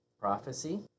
Prophecy